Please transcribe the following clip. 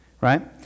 Right